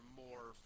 more